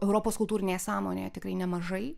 europos kultūrinėje sąmonėje tikrai nemažai